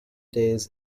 days